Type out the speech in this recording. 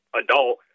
adult